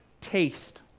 taste